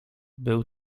był